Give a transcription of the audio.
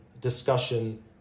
discussion